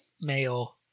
male